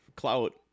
Clout